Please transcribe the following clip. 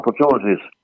opportunities